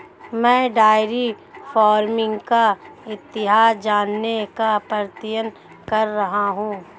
मैं dairy farming का इतिहास जानने का प्रयत्न कर रहा हूं